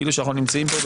כאילו שאנחנו נמצאים פה,